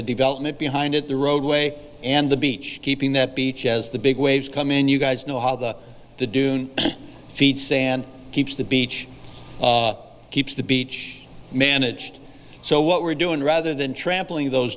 the development behind it the roadway and the beach keeping that beach as the big waves come in you guys know how the the dunes feed sand keeps the beach keeps the beach managed so what we're doing rather than trampling those